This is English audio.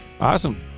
Awesome